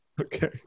Okay